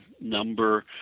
number